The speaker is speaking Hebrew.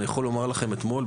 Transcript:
אני יכול לומר לכם שאתמול,